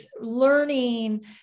learning